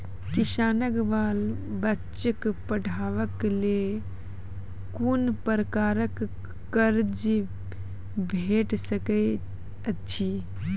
किसानक बाल बच्चाक पढ़वाक लेल कून प्रकारक कर्ज भेट सकैत अछि?